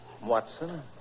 Watson